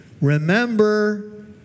Remember